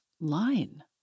line